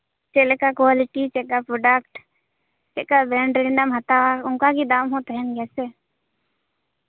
ᱪᱮᱫ ᱞᱮᱠᱟ ᱠᱳᱣᱟᱞᱤᱴᱤ ᱪᱮᱫ ᱞᱮᱠᱟ ᱯᱨᱚᱰᱟᱠᱴ ᱪᱮᱫ ᱞᱮᱠᱟ ᱵᱨᱮᱱᱰ ᱨᱮᱱᱟᱜ ᱮᱢ ᱦᱟᱛᱟᱣᱟ ᱚᱱᱠᱟ ᱜᱮ ᱫᱟᱢ ᱦᱚᱸ ᱛᱟᱸᱦᱮᱱ ᱜᱮᱭᱟ ᱥᱮ